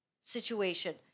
situation